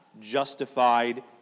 justified